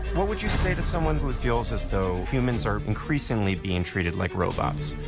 what would you say to someone who feels as though humans are increasingly being treated like robots?